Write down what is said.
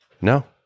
No